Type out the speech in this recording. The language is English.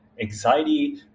anxiety